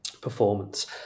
performance